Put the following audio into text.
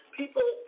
people